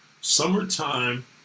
Summertime